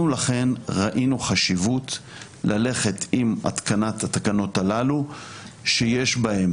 אנחנו לכן ראינו חשיבות ללכת עם התקנת התקנות הללו שיש בהן,